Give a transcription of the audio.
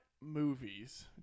movies